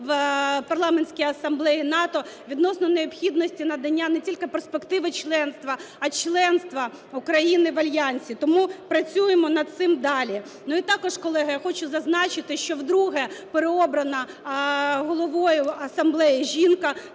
в Парламентській асамблеї НАТО відносно необхідності надання не тільки перспективи членства, а членства України в Альянсі. Тому працюємо над цим далі. І також, колеги, я хочу зазначити, що вдруге переобрана головою асамблеї жінка,